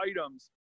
items